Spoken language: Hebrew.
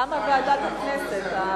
למה ועדת הכנסת?